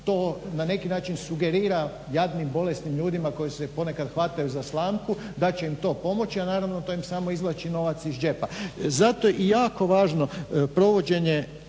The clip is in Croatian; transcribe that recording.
to na neki način sugerira jadnim bolesnim ljudima koji se ponekad hvataju za slamku da će im to pomoći, a naravno to im samo izvlači novac iz džepa. Zato je jako važno provođenje